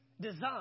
design